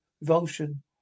revulsion